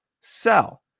sell